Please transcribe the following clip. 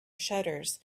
shutters